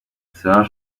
solange